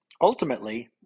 ultimately